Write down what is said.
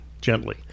gently